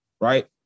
right